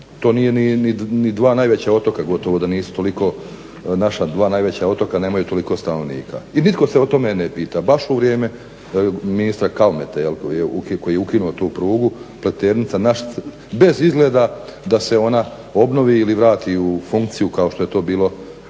To nije ni dva najveća otoka gotovo da nisu toliko, naša dva najveća otoka nemaju toliko stanovnika i nitko se o tome ne pita, baš u vrijeme ministra Kalmete koji je ukinuo tu prugu Pleternica-Našice bez izgleda da se ona obnovi ili vrati u funkciju kao što je to bilo